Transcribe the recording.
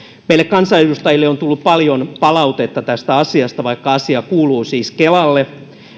kansanedustajille on tullut paljon palautetta tästä asiasta vaikka asia kuuluu siis kelalle on